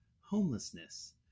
homelessness